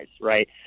right